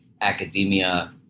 academia